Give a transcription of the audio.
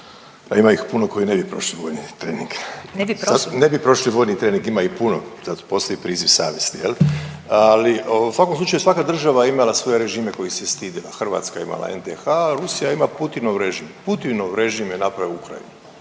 … /Upadica Petir: Ne bi prošli?/ … Ne bi prošli vojni trening ima ih puno zato postoji priziv savjesti jel'. Ali u svakom slučaju svaka država je imala svoje režime kojih se stidjela. Hrvatska je imala NDH-a. Rusija ima Putinov režim. Putinov režim je napao Ukrajinu